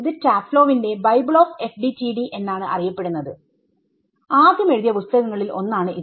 ഇത് ടാഫ്ലോവിന്റെ Bible of FDTD എന്നാണ് അറിയപ്പെടുന്നത്ആദ്യം എഴുതിയ പുസ്തകങ്ങളിൽ ഒന്നാണ് ഇത്